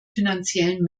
finanziellen